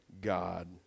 God